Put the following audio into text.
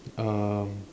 um